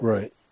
Right